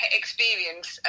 experience